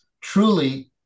truly